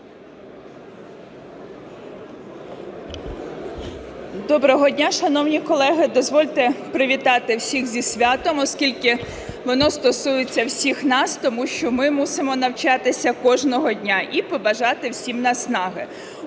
Доброго дня, шановні колеги. Дозвольте привітати всіх зі святом, оскільки воно стосується всіх нас, тому що ми мусимо навчатися кожного дня, і побажати всім наснаги.